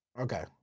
Okay